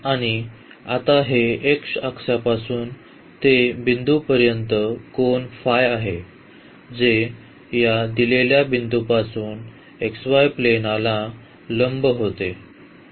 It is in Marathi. आणि आता हे x अक्षापासून ते बिंदू पर्यंत कोन आहे जे या दिलेल्या बिंदूपासून xy प्लेनाला लंब होते